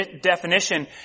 definition